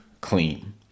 clean